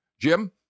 Jim